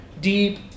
deep